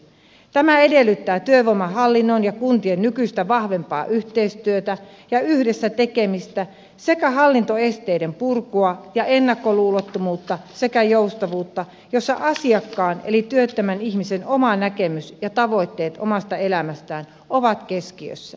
tämä edellyttää työvoimahallinnon ja kuntien nykyistä vahvempaa yhteistyötä ja yhdessä tekemistä sekä hallintoesteiden purkua ja ennakkoluulottomuutta sekä joustavuutta jossa asiakkaan eli työttömän ihmisen oma näkemys ja tavoitteet omassa elämässään ovat keskiössä